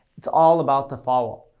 it's all about the follow up.